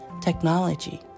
technology